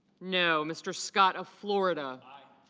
no. mr. scott of florida i.